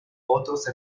otros